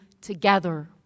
together